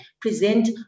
present